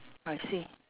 I see